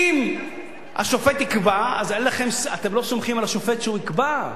אם השופט יקבע, אתם לא סומכים על השופט שהוא יקבע?